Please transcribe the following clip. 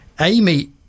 Amy